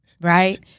Right